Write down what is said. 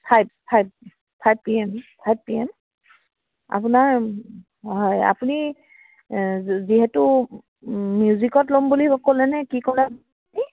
five five five P M five P M আপোনাৰ হয় আপুনি যিহেতু মিউজিকত ল'ম বুলি ক'লেনে কি ক'লে আপুনি